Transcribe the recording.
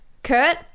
Kurt